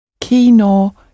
Kino